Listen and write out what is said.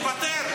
תתפטר.